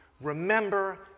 remember